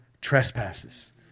trespasses